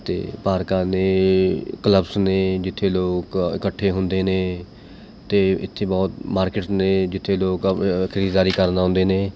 ਅਤੇ ਪਾਰਕਾਂ ਨੇ ਕਲੱਬਸ ਨੇ ਜਿੱਥੇ ਲੋਕ ਇਕੱਠੇ ਹੁੰਦੇ ਨੇ ਅਤੇ ਇੱਥੇ ਬਹੁਤ ਮਾਰਕਿਟਜ਼ ਨੇ ਜਿੱਥੇ ਲੋਕ ਖਰੀਦਦਾਰੀ ਕਰਨ ਆਉਂਦੇ ਨੇ